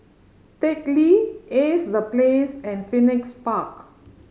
Teck Lee Ace The Place and Phoenix Park